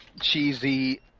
cheesy